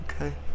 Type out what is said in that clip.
okay